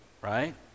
right